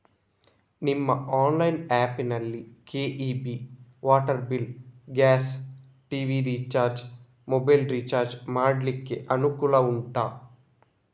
ನಿಮ್ಮ online app ನಲ್ಲಿ KEB, water bill, gas, TV recharge, mobile recharge ಮಾಡ್ಲಿಕ್ಕೆ ಅನುಕೂಲ ಉಂಟಾ